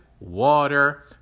water